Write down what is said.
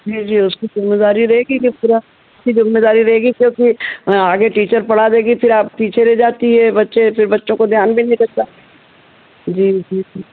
जी जी उसकी ज़िम्मेदारी रहेगी उसकी ज़िम्मेदारी क्योंकि अ आगे टीचर पढ़ा देगी फिर आप पीछे रह जाती है बच्चे फिर बच्चों को ध्यान भी नहीं लगता जी जी